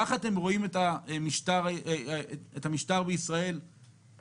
כך אתם רואים את המשטר בישראל קדימה?